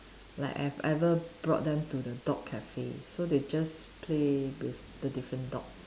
like I've ever brought them to the dog cafe so they just play with the different dogs